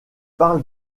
parle